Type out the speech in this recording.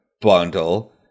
bundle